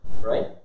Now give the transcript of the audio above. Right